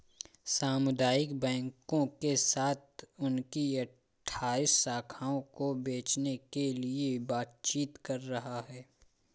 सामुदायिक बैंकों के साथ उनकी अठ्ठाइस शाखाओं को बेचने के लिए बातचीत कर रहा है